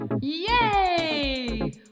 Yay